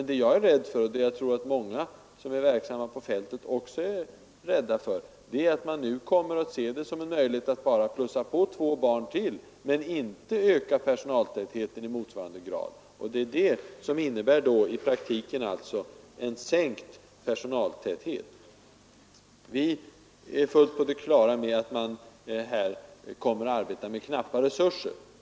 Det jag är rädd för, och det jag tror att många som är verksamma på fältet också är rädda för, är att man nu kommer att se det som en möjlighet att bara plussa på två barn till men inte öka personalen i motsvarande grad. Det innebär alltså i praktiken en sänkt personaltäthet. Vi är fullt på det klara med att man här kommer att arbeta med knappa resurser.